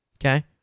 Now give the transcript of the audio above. Okay